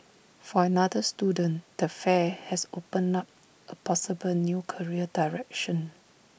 for another student the fair has opened up A possible new career direction